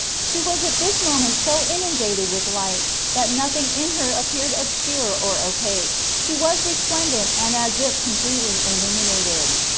she was at this moment so inundated with light that nothing in her appeared obscure or opaque she was resplendent and as if completely illuminated.